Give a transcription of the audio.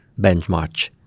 benchmark